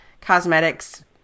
cosmetics